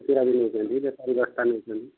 ଖୁଚୁରା ବି ନେଉଛନ୍ତି ବେପାରୀ ବସ୍ତା ନେଉଛନ୍ତି